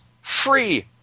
free